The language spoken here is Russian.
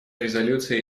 резолюции